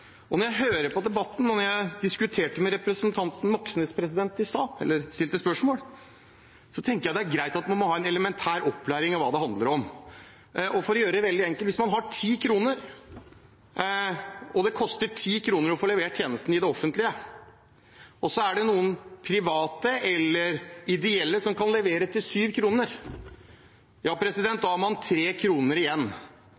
tilbudet. Når jeg hører på debatten – og da jeg stilte spørsmål i stad til representanten Moxnes – tenker jeg det er greit med en elementær opplæring i hva dette handler om. For å gjøre det veldig enkelt: Hvis man har 10 kr, og det koster 10 kr å få levert tjenesten i det offentlige, og så er det noen private eller ideelle som kan levere det til